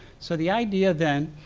so the idea, then,